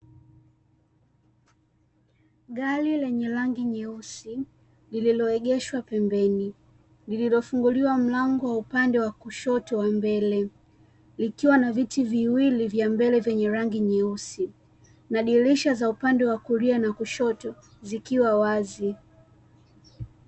Gari lenye rangi nyeusi lililoegeshwa pembeni, lililofunguliwa mlango wa upande wa kushoto wa mbele, likiwa na viti viwili vya mbele vyenye rangi nyeusi, na dirisha za upande wa kulia na kushoto zikiwa wazi.